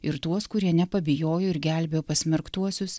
ir tuos kurie nepabijojo ir gelbėjo pasmerktuosius